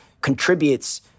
contributes